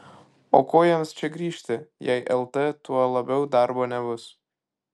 o ko jiems čia grįžti jei lt tuo labiau darbo nebus